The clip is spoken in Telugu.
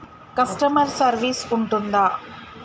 కస్టమర్ సర్వీస్ ఉంటుందా?